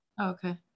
Okay